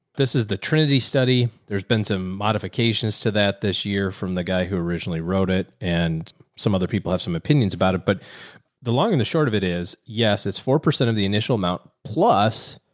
this is the trinity study. there's been some modifications to that this year from the guy who originally wrote it. and some other people have some opinions about it, but the long and the short of it is yes, it's four percent of the initial amount. plus.